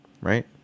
Right